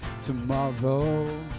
tomorrow